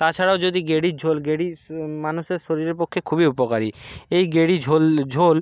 তাছাড়াও যদি গেঁড়ির ঝোল গেঁড়ি শো মানুষের শরীরের পক্ষে খুবই উপকারী এই গেঁড়ি ঝোল ঝোল